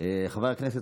חבר הכנסת